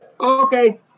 Okay